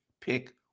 pick